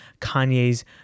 Kanye's